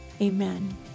amen